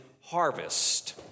harvest